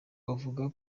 bavuga